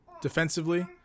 defensively